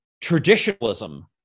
traditionalism